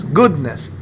goodness